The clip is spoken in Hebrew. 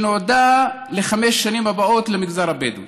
שנועדה לחמש שנים הבאות למגזר הבדואי.